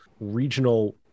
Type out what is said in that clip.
regional